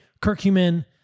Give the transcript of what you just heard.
curcumin